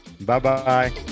Bye-bye